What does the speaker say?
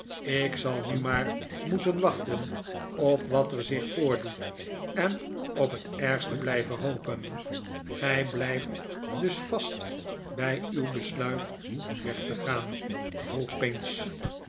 ik zal nu maar tnoeten wachten op wat er zich voordoet en op t ergste blijven hopen gij blijft dug vast bij uw besluit om weg te gaan vroeg